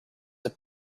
have